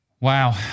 Wow